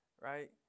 right